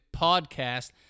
Podcast